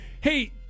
hey